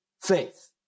faith